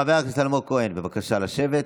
חבר הכנסת אלמוג כהן, בבקשה לשבת.